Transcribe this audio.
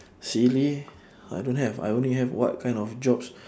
silly I don't have I only have what kind of jobs